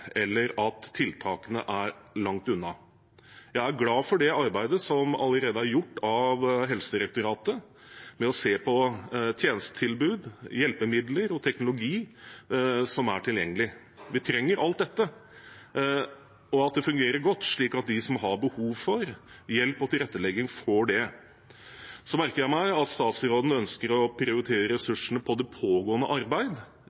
eller at tiltakene er langt unna. Jeg er glad for det arbeidet som allerede er gjort av Helsedirektoratet, med å se på tjenestetilbud, hjelpemidler og teknologi som er tilgjengelig. Vi trenger alt dette og at det fungerer godt, slik at de som har behov for hjelp og tilrettelegging, får det. Så merker jeg meg at statsråden ønsker å prioritere ressursene på det pågående arbeid